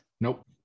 nope